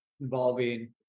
involving